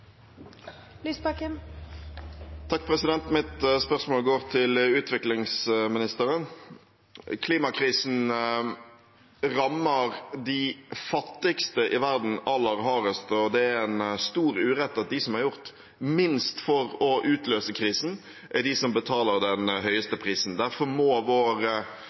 Mitt spørsmål går til utviklingsministeren. Klimakrisen rammer de fattigste i verden aller hardest, og det er en stor urett at de som har gjort minst for å utløse krisen, er de som betaler den høyeste prisen. Derfor må